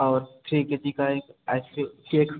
और three K G का एक आइस क्रीम केक